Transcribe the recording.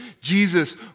Jesus